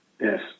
Yes